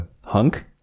hunk